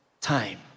time